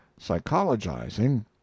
psychologizing